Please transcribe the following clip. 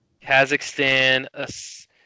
Kazakhstan